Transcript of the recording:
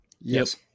Yes